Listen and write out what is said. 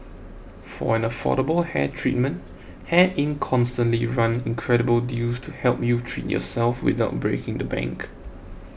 for an affordable hair treatment Hair Inc constantly run incredible deals to help you treat yourself without breaking the bank